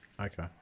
okay